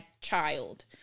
child